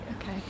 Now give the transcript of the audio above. Okay